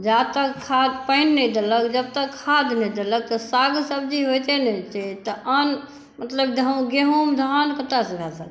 आब तऽ खाद पानि नहि देलक जब तक खाद नहि देलक तऽ साग सब्ज़ी होइते नहि छै तऽ आन मतलब गहूॅंम धान कतयसॅं भऽ सकतै